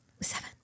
Seven